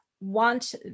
want